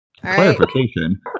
Clarification